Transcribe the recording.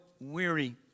weary